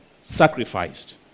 sacrificed